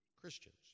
Christians